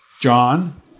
John